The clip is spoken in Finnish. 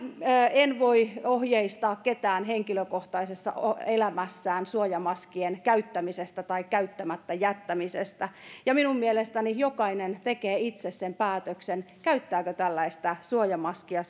en voi ohjeistaa ketään henkilökohtaisessa elämässään suojamaskien käyttämisessä tai käyttämättä jättämisessä ja minun mielestäni jokainen tekee itse sen päätöksen käyttääkö tällaista suojamaskia